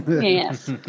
Yes